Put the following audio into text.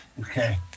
Okay